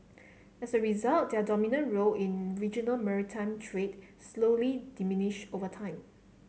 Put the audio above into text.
as a result their dominant role in regional maritime trade slowly diminished over time